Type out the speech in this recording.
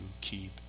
keep